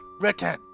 written